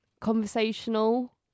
conversational